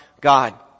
God